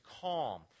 calm